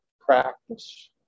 practice